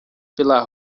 pela